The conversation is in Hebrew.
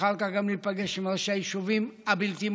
ואחר כך להיפגש גם עם ראשי היישובים הבלתי-מוכרים,